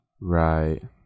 Right